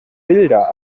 wilder